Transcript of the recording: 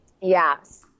Yes